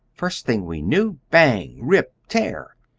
first thing we knew, bang, rip, tear!